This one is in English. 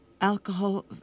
Alcohol